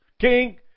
king